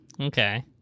Okay